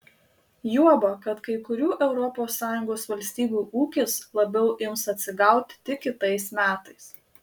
juoba kad kai kurių europos sąjungos valstybių ūkis labiau ims atsigauti tik kitais metais